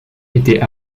étaient